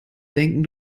denken